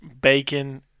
bacon